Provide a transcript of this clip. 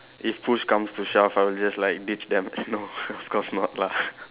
if push comes to shelf I'll just like ditch them no of course not lah